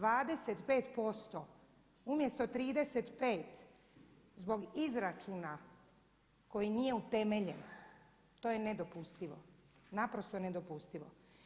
25% umjesto 35 zbog izračuna koji nije utemeljen, to je nedopustivo, naprosto nedopustivo.